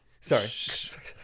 Sorry